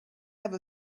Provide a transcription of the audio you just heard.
have